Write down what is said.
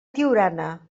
tiurana